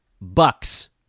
Bucks